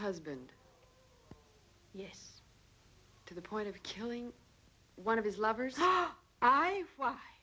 husband yes to the point of killing one of his lovers